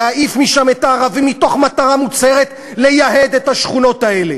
להעיף משם את הערבים מתוך מטרה מוצהרת לייהד את השכונות האלה.